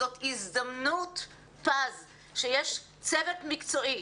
זאת הזדמנות פז שיש צוות מקצועי